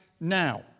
now